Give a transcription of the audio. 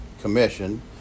Commission